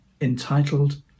entitled